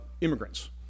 immigrants